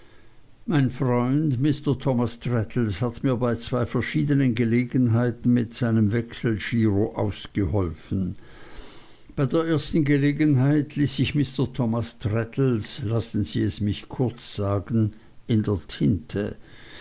mein freund mr thomas traddles hat mir bei zwei verschiedenen gelegenheiten mit seinem wechselgiro ausgeholfen bei der ersten gelegenheit ließ ich mr thomas traddles lassen sie es mich kurz sagen in der tinte